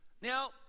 Now